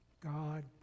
God